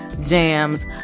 jams